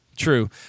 True